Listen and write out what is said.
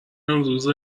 روزه